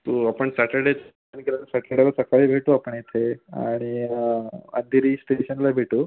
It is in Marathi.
हो आपण सॅटर्डेच सॅटर्डेला सकाळी भेटू आपण इथे आणि अंधेरी स्टेशनला भेटू